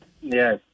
Yes